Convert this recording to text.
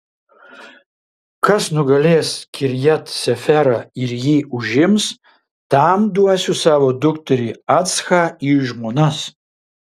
kas nugalės kirjat seferą ir jį užims tam duosiu savo dukterį achsą į žmonas